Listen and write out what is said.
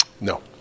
No